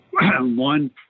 one